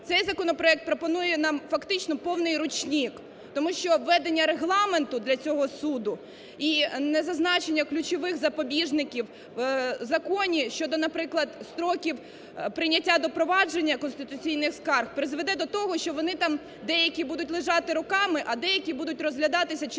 Цей законопроект пропонує нам фактично повний ручник, тому що ведення Регламенту для цього суду і не зазначення ключових запобіжників в законі щодо, наприклад, строків прийняття до провадження конституційних скарг призведе до того, що вони там деякі будуть лежати роками, а деякі будуть розглядатися через